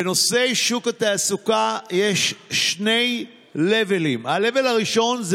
בנושא שוק התעסוקה יש שני levels: ה-level הראשון זה